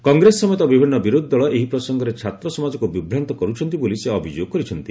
କଂଗ୍ରେସ ସମେତ ବିଭିନ୍ନ ବିରୋଧୀ ଦଳ ଏହି ପ୍ରସଙ୍ଗରେ ଛାତ୍ରସମାଜକୁ ବିଭ୍ରାନ୍ତ କର୍ରଛନ୍ତି ବୋଲି ସେ ଅଭିଯୋଗ କରିଛନ୍ତି